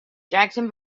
jackson